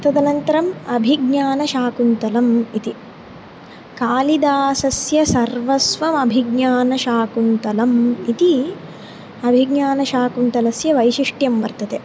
तदनन्तरम् अभिज्ञानशाकुन्तलम् इति कालिदासस्य सर्वस्वम् अभिज्ञानशाकुन्तलम् इति अभिज्ञानशाकुन्तलस्य वैशिष्ट्यं वर्तते